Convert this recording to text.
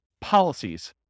policies